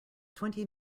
twenty